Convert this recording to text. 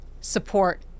support